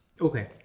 Okay